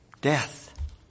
Death